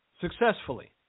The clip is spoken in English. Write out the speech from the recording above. successfully